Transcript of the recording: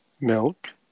Milk